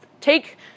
take